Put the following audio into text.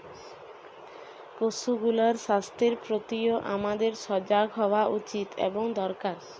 পশুগুলার স্বাস্থ্যের প্রতিও আমাদের সজাগ হওয়া উচিত এবং দরকার